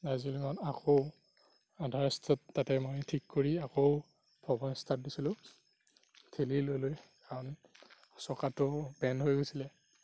দাৰ্জিলিঙত আকৌ আধা ৰাস্তাত তাতে মই ঠিক কৰি আকৌ পপাৰ ষ্টাৰ্ট দিছিলোঁ ঠেলি লৈ লৈ কাৰণ চকাটো বেণ্ড হৈ গৈছিলে